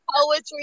poetry